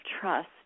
trust